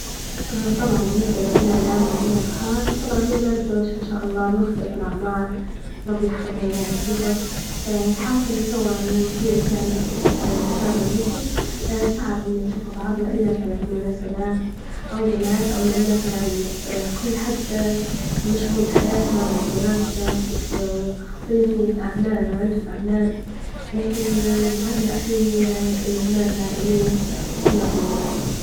طبعا بالنسبة لأبناء العم وأبناء الخال طبعا ما ينعدوش ما شاء الله بمختلف الأعمار ربي يحفظهم ويبارك فيهم، الحاصل طبعا يعني من كترة المشاغل وهكي صعب إن نشوفوا بعضنا إلا مثلا في المناسبات أو الجمعات أو لمات معينة، كل حد مشغول بحياته واللي بدراسته واللي في أعما عندهم أعمال، لكن جمعتنا أحلى ال اللمات العائلية في ماضينا.